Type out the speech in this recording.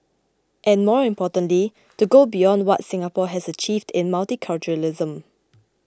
and more importantly to go beyond what Singapore has achieved in multiculturalism